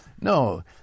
No